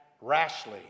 rashly